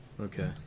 Okay